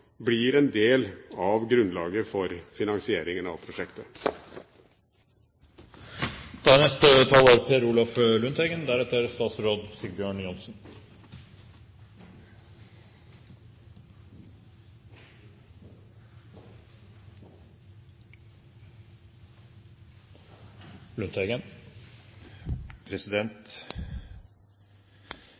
blir en del av grunnlaget for finansieringen av